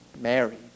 married